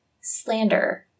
slander